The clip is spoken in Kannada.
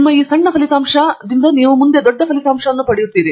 ನಿಮ್ಮ ಈ ಸಣ್ಣ ಫಲಿತಾಂಶ ಮತ್ತು ನೀವು ದೊಡ್ಡ ಫಲಿತಾಂಶವನ್ನು ಪಡೆಯುತ್ತೀರಿ